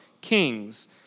kings